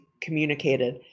communicated